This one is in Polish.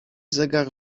zegar